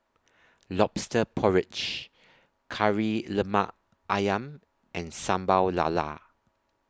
Lobster Porridge Kari Lemak Ayam and Sambal Lala